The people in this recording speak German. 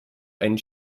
einen